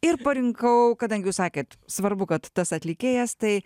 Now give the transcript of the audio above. ir parinkau kadangi jūs sakėt svarbu kad tas atlikėjas tai